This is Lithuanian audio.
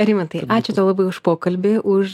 rimantai ačiū tau labai už pokalbį už